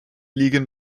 liegen